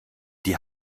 die